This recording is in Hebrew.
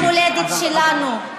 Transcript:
עם המולדת שלנו.